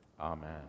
Amen